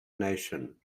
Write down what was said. nation